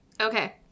Okay